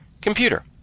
Computer